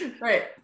right